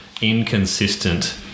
Inconsistent